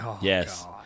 yes